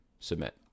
submit